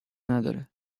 نداره